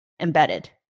Embedded